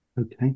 Okay